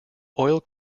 oil